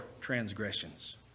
transgressions